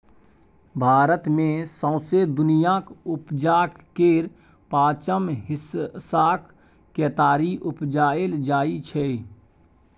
भारत मे सौंसे दुनियाँक उपजाक केर पाँचम हिस्साक केतारी उपजाएल जाइ छै